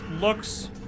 looks